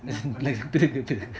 திருப்பு திருப்பு:thirupu thirupu